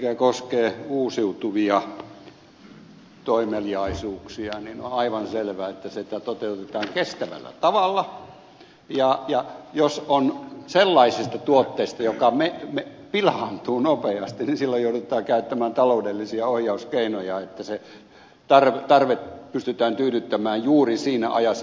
mikä koskee uusiutuvia toimeliaisuuksia niin on aivan selvä että sitä toteutetaan kestävällä tavalla ja jos on sellaisista tuotteista kysymys jotka pilaantuvat nopeasti silloin joudutaan käyttämään taloudellisia ohjauskeinoja että se tarve pystytään tyydyttämään juuri tarvittavassa ajassa